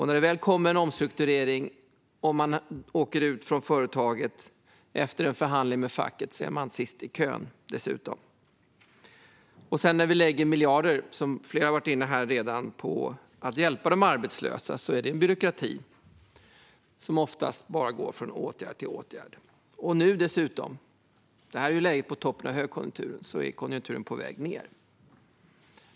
När det väl kommer en omstrukturering och man åker ut från företaget efter en förhandling med facket är man dessutom sist i kön. När vi sedan lägger miljarder på att hjälpa de arbetslösa, som flera redan har varit inne på, är det en byråkrati som oftast bara gör att de går från åtgärd till åtgärd. Nu är vi dessutom på toppen av högkonjunkturen. Konjunkturen är på väg ned.